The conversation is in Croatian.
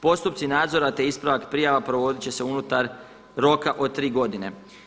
Postupci nadzora te ispravak prijava provodit će se unutar roka od 3 godine.